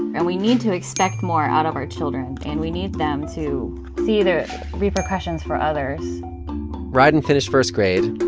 and we need to expect more out of our children, and we need them to see the repercussions for others rieden finished first grade,